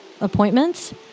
appointments